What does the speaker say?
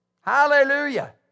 Hallelujah